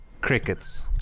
Crickets